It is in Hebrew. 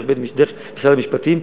דרך משרד המשפטים.